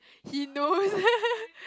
he knows